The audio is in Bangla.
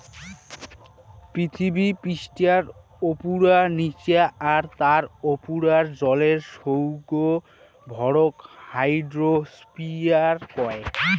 পিথীবি পিষ্ঠার উপুরা, নিচা আর তার উপুরার জলের সৌগ ভরক হাইড্রোস্ফিয়ার কয়